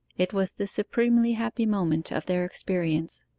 it was the supremely happy moment of their experience.